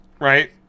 right